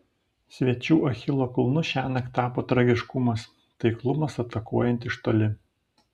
svečių achilo kulnu šiąnakt tapo tragiškumas taiklumas atakuojant iš toli